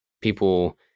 people